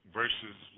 versus